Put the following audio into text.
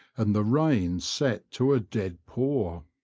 and the rain set to a dead pour.